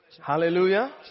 Hallelujah